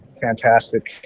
fantastic